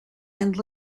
and